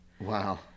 Wow